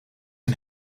een